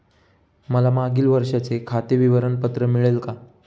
मला मागील वर्षाचे खाते विवरण पत्र मिळेल का?